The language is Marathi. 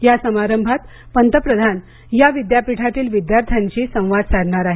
या समारंभात पंतप्रधान या विद्यापीठातील विद्यार्थ्यांशी संवाद साधणार आहेत